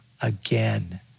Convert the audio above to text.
again